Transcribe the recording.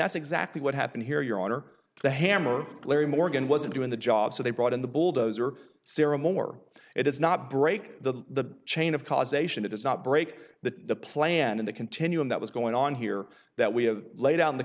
that's exactly what happened here your honor the hammer larry morgan wasn't doing the job so they brought in the bulldozer serum or it is not break the chain of causation it does not break the plan in the continuum that was going on here that we have laid out in the